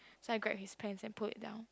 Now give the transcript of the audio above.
so I grab his pants and pulled it down